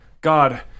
God